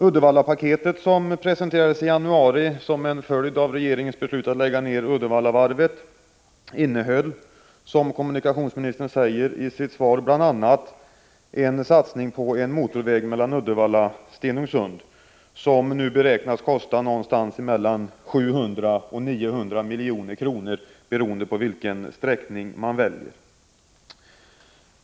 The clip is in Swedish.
Uddevallapaketet, som presenterades i januari som en följd av regeringens beslut att lägga ned Uddevallavarvet, innehöll — som kommunikationsministern säger i sitt svar — bl.a. en satsning på en motorväg mellan Uddevalla och Stenungsund, som nu beräknas komma att kosta mellan 700 och 900 milj.kr., beroende på vilken sträckning man väljer.